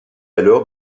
alors